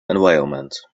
environment